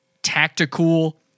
Tactical